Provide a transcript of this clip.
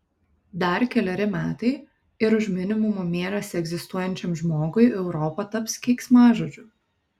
dar keleri metai ir už minimumą mėnesį egzistuojančiam žmogui europa taps keiksmažodžiu